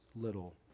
little